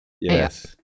Yes